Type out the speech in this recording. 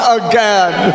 again